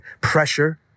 pressure